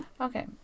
okay